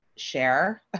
share